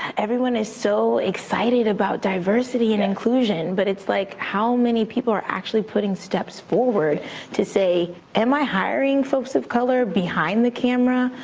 everyone is so excited about diversity and inclusion, but it's like, how many people are actually putting steps forward to say, am i hiring folks of color behind the camera,